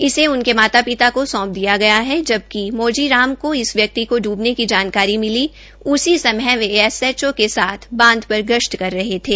इसे उनके माता पिता को सौंप दिया गया जबकि मोजीराम को इस व्यक्ति को इबने की जानकारी मिली उसी समय वे एसएचओ के साथ बांध पर गश्त करे रहे थे